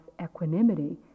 equanimity